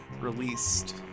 Released